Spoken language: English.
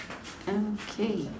okay